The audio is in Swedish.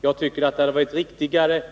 Jag tycker att det hade varit riktigare